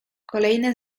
kolejne